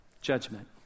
judgment